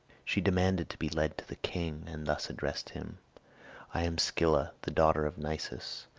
she demanded to be led to the king, and thus addressed him i am scylla, the daughter of nisus.